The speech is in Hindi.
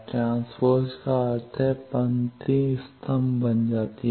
ट्रांस्पोज का अर्थ है पंक्ति स्तंभ बन जाती है